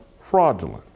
fraudulent